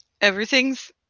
everything's